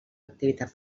activitat